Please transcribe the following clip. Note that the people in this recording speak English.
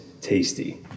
tasty